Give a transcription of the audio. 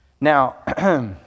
Now